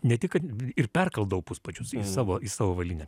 ne tik kad ir perkaldavo puspadžius į savo į savo avalynę